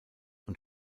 und